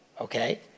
okay